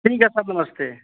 ठीक है सर नमस्ते